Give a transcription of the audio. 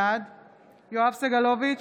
בעד יואב סגלוביץ'